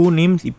names